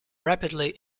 rapidly